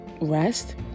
rest